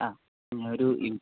ആ ഒരു ഇൻ